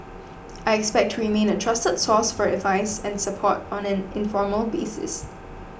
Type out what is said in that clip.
I expect to remain a trusted source for advice and support on an informal basis